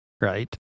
right